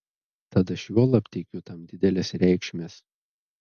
tad aš juolab teikiu tam didelės reikšmės